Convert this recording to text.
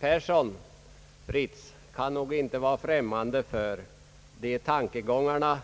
Herr Fritz Persson kan nog inte vara främmande för dessa tankegångar,